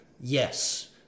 Yes